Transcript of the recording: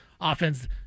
offense